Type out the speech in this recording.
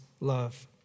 love